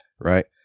right